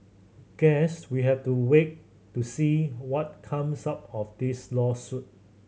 guess we have to wait to see what comes out of this lawsuit